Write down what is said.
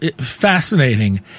fascinating